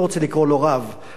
הוא רב עם קהילה ערבית.